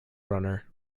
runner